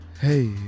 Hey